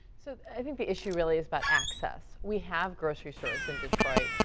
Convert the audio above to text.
so i think the issue really is about access. we have grocery stores in detroit.